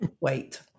Wait